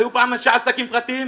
היו פעם אנשי עסקים פרטיים?